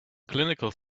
clinical